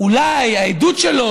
אולי העדות שלו,